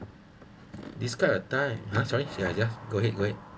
describe a time I'm sorry ya ya go ahead go ahead